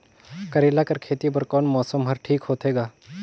करेला कर खेती बर कोन मौसम हर ठीक होथे ग?